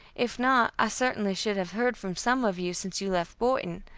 if not i certainly should have heard from some of you since you left boyton,